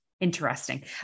Interesting